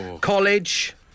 College